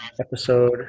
episode